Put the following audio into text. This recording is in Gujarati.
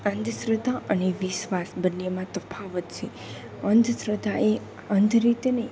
અંધશ્રદ્ધા અને વિશ્વાસ બંનેમાં તફાવત છે અંધ શ્રદ્ધા એ અંધ રીતે નહીં